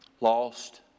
lost